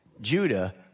Judah